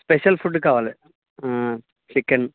special food కావాలి chicken